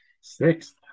Sixth